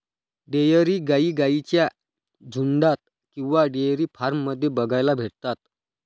dairy गाई गाईंच्या झुन्डात किंवा डेयरी फार्म मध्ये बघायला भेटतात